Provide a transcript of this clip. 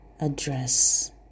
address